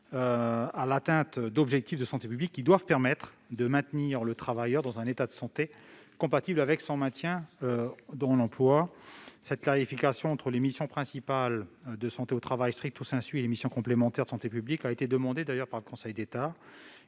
à l'atteinte d'objectifs de santé publique qui doivent permettre de maintenir le travailleur dans un état de santé compatible avec son maintien en emploi. Cette clarification entre des missions principales de santé au travail et des missions complémentaires de santé publique a été demandée par le Conseil d'État.